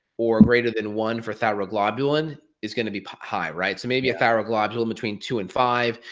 or greater than one for thyroglobulin, is gonna be po high, right? so. maybe thyroglobulin between two and five,